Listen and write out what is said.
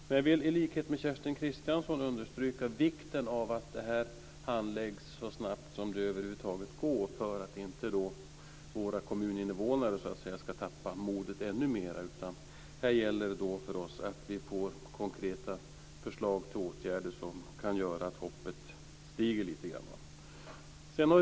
Men jag vill, i likhet med Kerstin Kristiansson, understryka vikten av att ärendet handläggs så snabbt som det över huvud taget går för att inte våra kommuninvånare ska tappa modet ännu mera. Här gäller det att få konkreta förslag till åtgärder som kan göra att hoppet stiger lite grann.